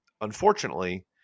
unfortunately